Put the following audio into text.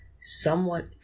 somewhat